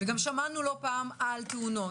וגם שמענו לא פעם על תאונות.